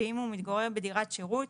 ואם הוא מתגורר בדירת שירות